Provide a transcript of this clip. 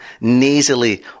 nasally